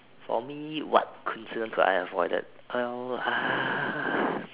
for me what incidents could I have avoided well uh